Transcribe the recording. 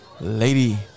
Lady